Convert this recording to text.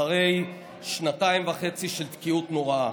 אחרי שנתיים וחצי של תקיעות נוראה.